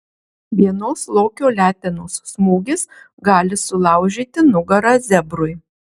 vienos lokio letenos smūgis gali sulaužyti nugarą zebrui